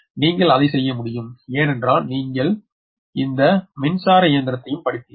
நீங்கள் அதை செய்ய முடியும் ஏனென்றால் நீங்கள் இயந்திர வலது மின்சார இயந்திரத்தையும் படித்தீர்கள்